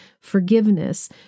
forgiveness